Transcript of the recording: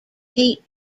heat